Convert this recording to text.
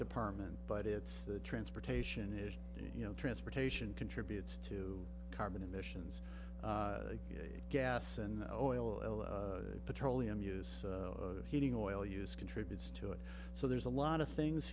department but it's the transportation is you know transportation contributes to carbon emissions you know it gas and oil and petroleum use heating oil use contributes to it so there's a lot of things